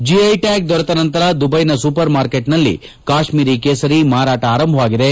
GI tag ದೊರೆತ ನಂತರ ದುಬೈನ ಸೂಪರ್ ಮಾರ್ಕೆಟ್ನಲ್ಲಿ ಕಾಶ್ತೀರಿ ಕೇಸರಿ ಮಾರಾಟ ಆರಂಭವಾಗಿದೆ